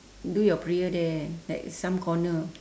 do your prayer there like some corner